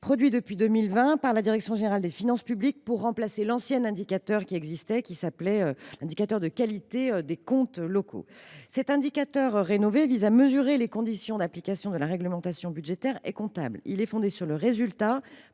produit depuis 2020 par la direction générale des finances publiques pour remplacer l’ancien indicateur de qualité des comptes locaux. Cet indicateur rénové vise à mesurer les conditions d’application de la réglementation budgétaire et comptable. Il est fondé sur les résultats,